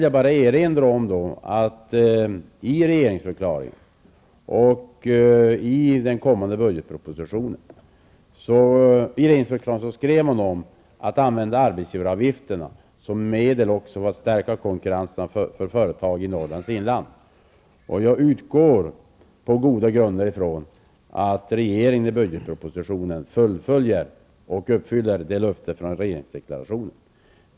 Jag vill erinra om att det av regeringsförklaringen framgick, och kommer att framgå av budgetpropositionen, att arbetsgivaravgifterna skall användas som medel för att stärka konkurrensen för företag i Norrlands inland. Jag utgår på goda grunder från att regeringen i budgetpropositionen fullföljer och uppfyller det löftet från regeringsdeklarationen.